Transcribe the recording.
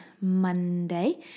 Monday